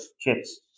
chips